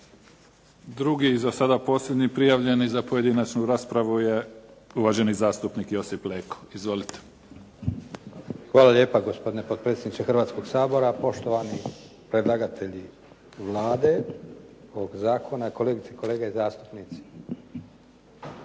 Drugi, za sada posljednji prijavljeni za pojedinačnu raspravu je uvaženi zastupnik Josip Leko. Izvolite. **Leko, Josip (SDP)** Hvala lijepa gospodine potpredsjedniče Hrvatskog sabora, poštovani predlagatelji Vlade, ovog zakona, kolegice i kolege zastupnici.